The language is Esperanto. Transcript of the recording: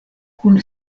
kun